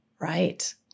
Right